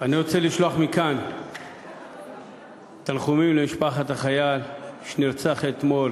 אני רוצה לשלוח מכאן תנחומים למשפחת החייל שנרצח אתמול